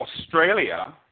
Australia